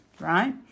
right